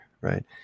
right